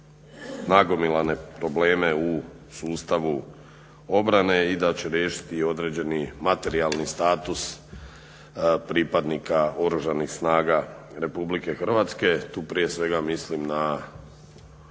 nagomilane probleme u sustavu obrane i da će riješiti i određeni materijalni status pripadnika Oružanih snaga RH. Tu prije svega mislim na